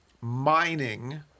mining